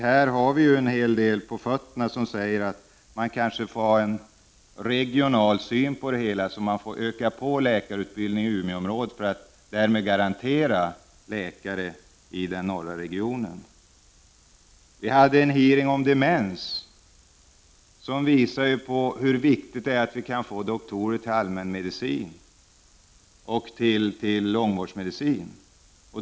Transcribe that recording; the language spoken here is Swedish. Vi har en hel del på fötterna för att kunna säga att man kanske får ha en regional syn på utbildningen, så att den ökas i Umeåområdet, för att därmed garantera läkare i den norra regionen. Vi hade en hearing om demens som visade hur viktigt det är att vi kan få doktorer till allmänmedicin och till långvårdsmedicin.